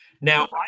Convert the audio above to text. Now